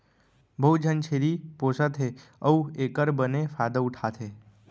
बहुत झन छेरी पोसत हें अउ एकर बने फायदा उठा थें